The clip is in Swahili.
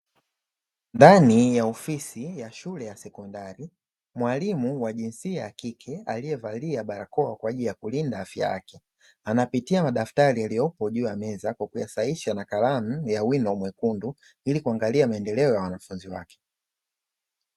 Ndani ya ofisi ya shule ya sekondari, mwalimu wa jinsia ya kike aliyevalia barakoa kwa ajili ya kulinda afya yake, anapitia madaftari yaliyopo juu ya meza kwa kuyasahisha na kalamu ya wino mwekundu ili kuangalia maendeleo ya wanafunzi wake.